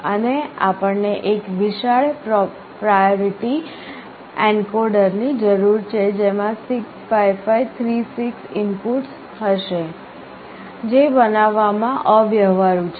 અને આપણને એક વિશાળ પ્રાયોરીટી એન્કોડર ની જરૂર છે જેમાં 65536 ઇનપુટ્સ હશે જે બનાવવામાં અવ્યવહારુ છે